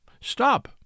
Stop